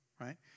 Right